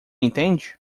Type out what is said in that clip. entende